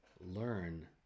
learn